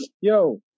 yo